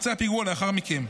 לאחר מכן.